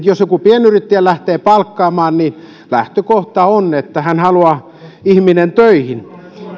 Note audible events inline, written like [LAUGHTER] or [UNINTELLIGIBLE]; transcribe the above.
[UNINTELLIGIBLE] jos joku pienyrittäjä lähtee palkkaamaan niin lähtökohta on että hän haluaa ihmisen töihin